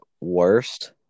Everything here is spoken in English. Worst